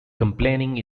complaining